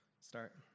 start